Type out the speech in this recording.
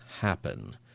happen